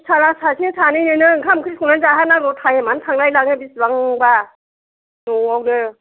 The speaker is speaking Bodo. फिसाला सासे सानैनोनो ओंखाम ओंख्रि संना जाहोनांगौ टाइमयानो थांलाय लाङो बिसिबां बा न'आवनो